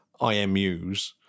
IMUs